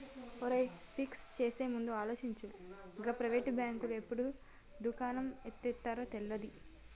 ఒరేయ్, ఫిక్స్ చేసేముందు ఆలోచించు, గా ప్రైవేటు బాంకులు ఎప్పుడు దుకాణం ఎత్తేత్తరో తెల్వది